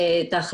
אבל הוא ניתן,